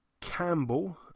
Campbell